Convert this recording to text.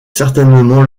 certainement